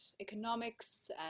Economics